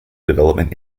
development